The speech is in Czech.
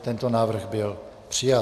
Tento návrh byl přijat.